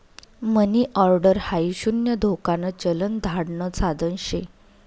मनी order हाई शून्य धोकान चलन धाडण साधन शे